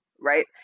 right